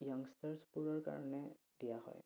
য়াংষ্টাৰ্ছবোৰৰ কাৰণে দিয়া হয়